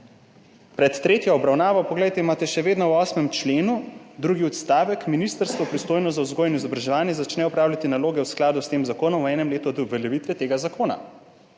pred tretjo obravnavo imate še vedno v 8. členu, drugi odstavek: »Ministrstvo, pristojno za vzgojo in izobraževanje, začne opravljati naloge v skladu s tem zakonom v enem letu od uveljavitve tega zakona.«